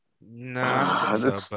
No